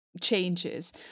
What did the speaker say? changes